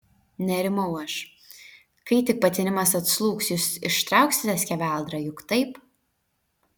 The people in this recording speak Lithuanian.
nerimau aš kai tik patinimas atslūgs jūs ištrauksite skeveldrą juk taip